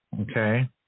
okay